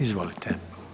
Izvolite.